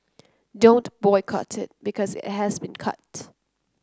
don't boycott it because it has been cut